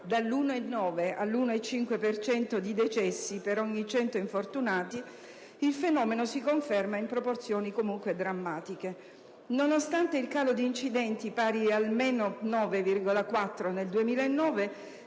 dall'1,9 all'1,5 per cento di decessi per ogni 100 infortunati, il fenomeno si conferma in proporzioni comunque drammatiche. Nonostante il calo di incidenti, pari al meno 9,4 per cento